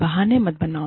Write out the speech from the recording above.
बहाने मत बनाओ